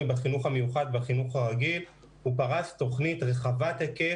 בחינוך המיוחד ובחינוך הרגיל הוא פרס תכנית רחבת היקף,